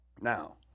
Now